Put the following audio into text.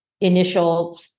initial